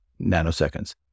nanoseconds